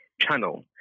channel